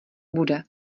bude